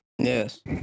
Yes